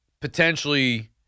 potentially